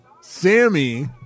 Sammy